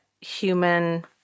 human